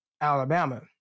Alabama